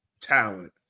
talent